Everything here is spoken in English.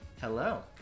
Hello